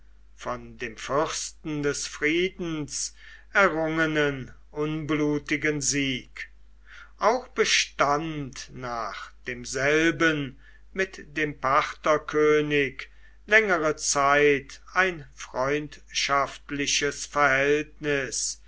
von dem fürsten des friedens errungenen unblutigen sieg auch bestand nach demselben mit dem partherkönig längere zeit ein freundschaftliches verhältnis